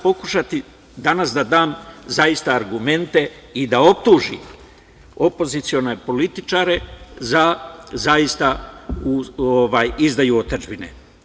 Pokušaću danas da dam zaista argumente i da optužim opozicione političare za izdaju otadžbine.